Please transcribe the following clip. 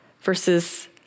versus